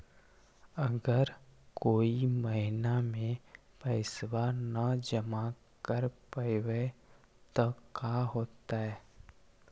अगर कोई महिना मे पैसबा न जमा कर पईबै त का होतै?